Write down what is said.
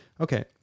Okay